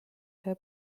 see